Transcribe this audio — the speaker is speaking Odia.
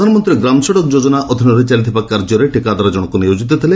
ପ୍ରଧାନମନ୍ତ୍ରୀ ଗ୍ରାମ ସଡ଼କ ଯୋଜନା ଅଧିନରେ ଚାଲିଥିବା କାର୍ଯ୍ୟରେ ଠିକାଦାର ଜଣକ ନିୟୋଜିତ ଥିଲେ